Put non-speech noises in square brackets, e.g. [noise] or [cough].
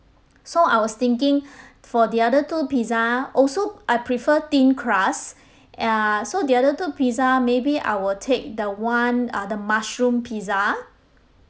so I was thinking [breath] for the other two pizza also I prefer thin crust [breath] uh so the other two pizza maybe I will take the one uh the mushroom pizza